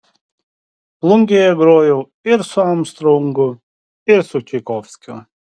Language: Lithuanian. plungėje grojau ir su armstrongu ir su čaikovskiu